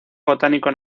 botánico